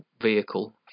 vehicle